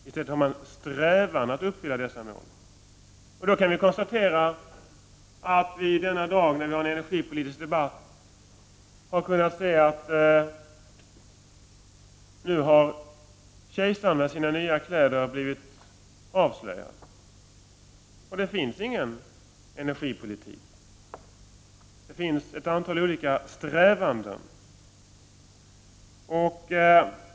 I stället har man nu ”strävan” att uppfylla dessa mål. Vi har då i den energipolitiska debatten i dag kunnat konstatera att nu har kejsaren med sina nya kläder blivit avslöjad. Det finns ingen energipolitik, utan det finns ett antal olika ”strävanden”.